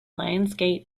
lionsgate